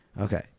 Okay